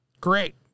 Great